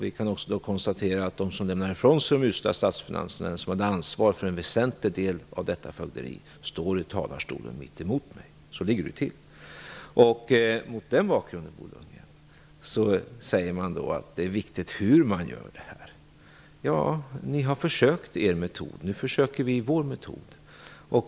Vi kan också konstatera att de som lämnar ifrån sig de usla statsfinanserna, den som hade ansvar för en väsentlig del av detta fögderi, står i talarstolen mitt emot mig. Så ligger det till. Mot den bakgrunden säger man att det är viktigt hur man gör detta. Ja, ni har försökt er metod. Nu försöker vi vår metod.